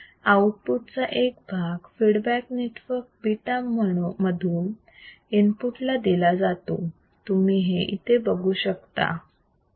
output चा एक भाग फीडबॅक नेटवर्क β मधून इनपुट ला दिला जातो तुम्ही हे इथे बघू शकता